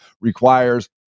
requires